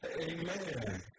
Amen